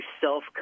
self